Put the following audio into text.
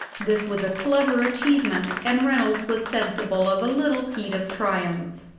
this was a clever achievement, and reynolds was sensible of a little heat of triumph.